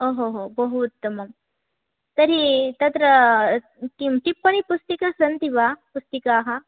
ओहोहो बहु उत्तमं तर्हि तत्र किं टिप्पणीपुस्तिका सन्ति वा पुस्तिकाः